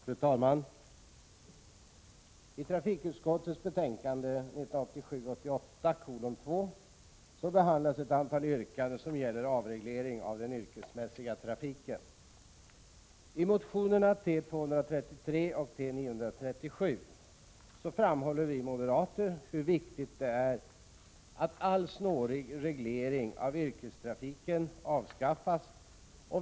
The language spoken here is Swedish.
Fru talman! I trafikutskottets betänkande 1987/88:2 behandlas ett antal yrkanden som gäller avreglering av den yrkesmässiga trafiken. I motionerna T233 och T937 framhåller vi moderater hur viktigt det är att all snårig reglering av yrkestrafiken avskaffas.